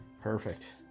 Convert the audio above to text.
perfect